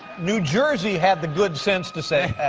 new jersey had the good sense to say ah,